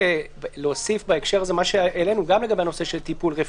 להוסיף בהקשר הזה את מה שהעלינו גם בנושא טיפול רפואי.